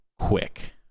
quick